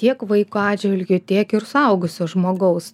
tiek vaiko atžvilgiu tiek ir suaugusio žmogaus